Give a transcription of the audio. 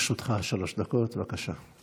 לרשותך שלוש דקות, בבקשה.